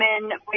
women